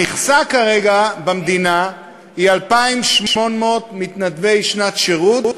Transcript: המכסה כרגע, במדינה, היא 2,800 מתנדבי שנת שירות,